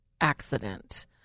accident